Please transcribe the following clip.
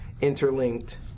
interlinked